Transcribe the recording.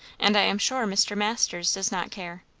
and i am sure mr. masters does not care.